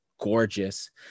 gorgeous